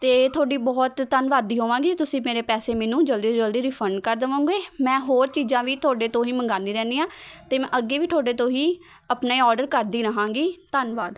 ਅਤੇ ਤੁਹਾਡੀ ਬਹੁਤ ਧੰਨਵਾਦੀ ਹੋਵਾਂਗੀ ਤੁਸੀਂ ਮੇਰੇ ਪੈਸੇ ਮੈਨੂੰ ਜਲਦੀ ਤੋ ਜਲਦੀ ਰਿਫੰਡ ਕਰ ਦੇਵੋਂਗੇ ਮੈਂ ਹੋਰ ਚੀਜ਼ਾਂ ਵੀ ਤੁਹਾਡੇ ਤੋਂ ਹੀ ਮੰਗਾਉਂਦੀ ਰਹਿੰਦੀ ਹਾਂ ਅਤੇ ਮੈਂ ਅੱਗੇ ਵੀ ਤੁਹਾਡੇ ਤੋਂ ਹੀ ਆਪਣੇ ਔਡਰ ਕਰਦੀ ਰਹਾਂਗੀ ਧੰਨਵਾਦ